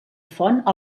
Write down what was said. font